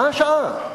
מה השעה?